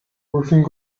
rushing